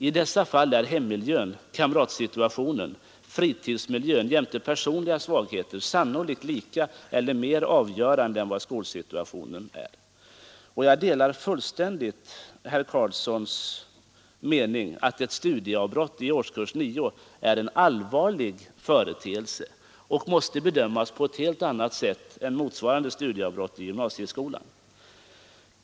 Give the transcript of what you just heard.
I dessa fall är hemmiljön, kamratsituationen, fritidsmiljön jämte personliga svagheter sannolikt lika avgörande som eller mer avgörande än vad skolsituationen är. Jag delar fullständigt statsrådet Carlssons mening, nämligen att ett studieavbrott i årskurs nio är en allvarlig företeelse och måste bedömas på ett helt annat sätt än motsvarande studieavbrott i gymnasieskolan.